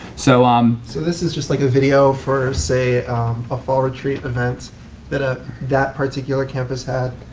so um so this is just like a video for say a fall retreat event that ah that particular campus had.